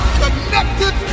connected